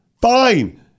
Fine